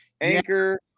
Anchor